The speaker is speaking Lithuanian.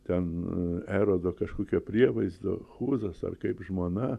ten erodo kažkokio prievaizdo huzas ar kaip žmona